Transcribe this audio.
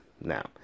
now